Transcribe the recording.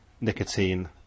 nicotine